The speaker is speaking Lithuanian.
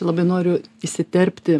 labai noriu įsiterpti